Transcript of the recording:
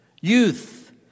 Youth